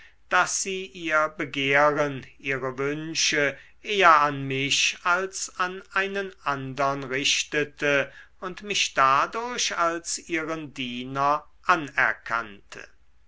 daß sie ihr begehren ihre wünsche eher an mich als an einen andern richtete und mich dadurch als ihren diener anerkannte